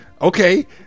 Okay